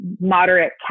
moderate